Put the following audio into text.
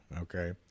okay